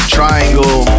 Triangle